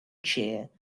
chair